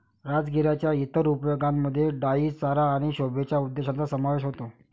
राजगिराच्या इतर उपयोगांमध्ये डाई चारा आणि शोभेच्या उद्देशांचा समावेश होतो